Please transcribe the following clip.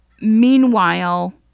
Meanwhile